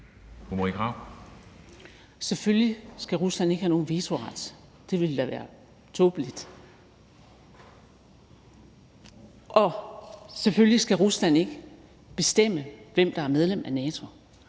Selvfølgelig skal Rusland ikke have nogen vetoret – det ville da være tåbeligt. Og selvfølgelig skal Rusland ikke bestemme, hvem der er medlem af NATO.